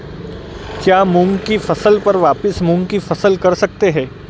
क्या मूंग की फसल पर वापिस मूंग की फसल कर सकते हैं?